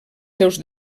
seus